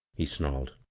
he snaried,